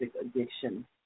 addiction